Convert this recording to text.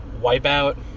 Wipeout